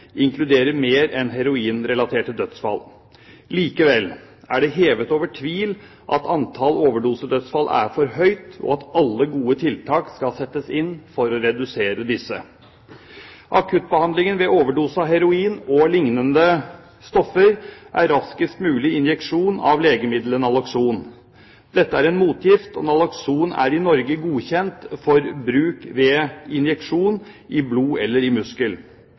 inkluderer mer enn heroinrelaterte dødsfall. Likevel er det hevet over tvil at antall overdosedødsfall er for høyt, og at alle gode tiltak skal settes inn for å redusere disse. Akuttbehandlingen ved overdose av heroin og lignende stoffer er raskest mulig injeksjon av legemiddelet Naloxon. Dette er en motgift, og Naloxon er i Norge godkjent for bruk ved injeksjon i blod eller i muskel.